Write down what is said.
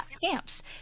Camps